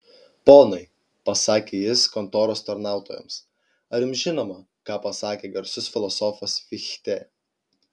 ponai pasakė jis kontoros tarnautojams ar jums žinoma ką pasakė garsus filosofas fichtė